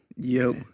Yo